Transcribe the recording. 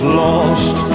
lost